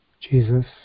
Jesus